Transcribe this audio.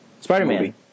Spider-Man